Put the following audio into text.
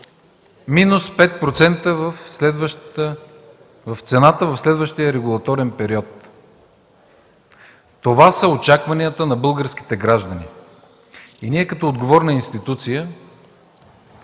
минус 5% в цената в следващия регулаторен период. Това са очакванията на българските граждани и ние като отговорна институция